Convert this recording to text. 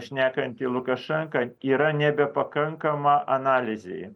šnekantį lukašenką yra nebepakankama analizei